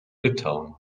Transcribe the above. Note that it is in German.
litauen